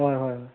ꯍꯣꯏ ꯍꯣꯏ ꯍꯣꯏ